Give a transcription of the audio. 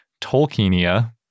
Tolkienia